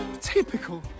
Typical